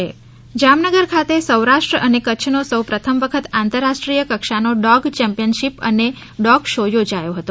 dog show Jamnagar ખાતે સૌરાષ્ટ્ર અને કચ્છ નો સૌપ્રથમ વખત આંતરરાષ્ટ્રીય કક્ષાનો ડોગ ચેમ્પિયન શિપ અને ડોગ શો યોજાયો હતો